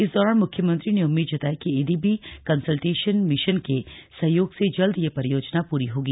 इस दौरान मुख्यमंत्री ने उम्मीद जताई कि एडीबी कन्सलटेशन मिशन के सहयोग से जल्द यह परियोजना पूरी होगी